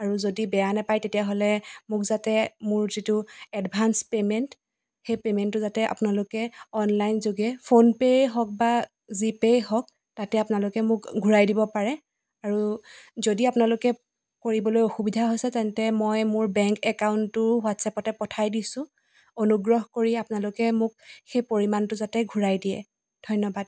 আৰু যদি বেয়া নাপায় তেতিয়াহ'লে মোক যাতে মোৰ যিটো এডভাঞ্চ পে'মেণ্ট সেই পে'মেণ্টটো যাতে আপোনালোকে অনলাইন যোগে ফোনপে' হওক বা জিপে' হওক তাতে আপোনালোকে মোক ঘূৰাই দিব পাৰে আৰু যদি আপোনালোকে কৰিবলৈ অসুবিধা হৈছে তেন্তে মই মোৰ বেংক একাউণ্টটো হোৱাটছএপতে পঠাই দিছো অনুগ্ৰহ কৰি আপোনালোকে মোক সেই পৰিমাণটো যাতে ঘূৰাই দিয়ে ধন্যবাদ